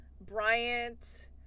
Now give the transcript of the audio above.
Bryant